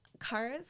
Cars